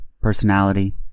personality